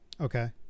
Okay